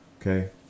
Okay